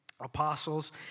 apostles